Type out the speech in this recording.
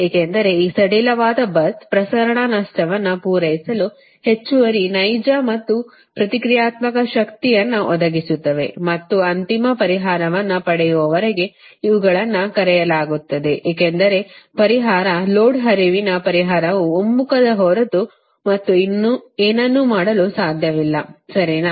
ಏಕೆಂದರೆ ಈ ಸಡಿಲವಾದ bus ಪ್ರಸರಣ ನಷ್ಟವನ್ನು ಪೂರೈಸಲು ಹೆಚ್ಚುವರಿ ನೈಜ ಮತ್ತು ಪ್ರತಿಕ್ರಿಯಾತ್ಮಕ ಶಕ್ತಿಯನ್ನು ಒದಗಿಸುತ್ತದೆ ಮತ್ತು ಅಂತಿಮ ಪರಿಹಾರವನ್ನು ಪಡೆಯುವವರೆಗೆ ಇವುಗಳನ್ನು ಕರೆಯಲಾಗುತ್ತದೆ ಏಕೆಂದರೆ ಪರಿಹಾರ ಲೋಡ್ ಹರಿವಿನ ಪರಿಹಾರವು ಒಮ್ಮುಖವಾಗದ ಹೊರತು ಮತ್ತು ಏನನ್ನೂ ಮಾಡಲು ಸಾಧ್ಯವಿಲ್ಲ ಸರಿನಾ